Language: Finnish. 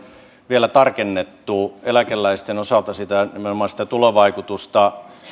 vielä tarkennettu eläkeläisten osalta nimenomaan sitä tulovaikutusta en